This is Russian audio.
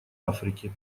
африки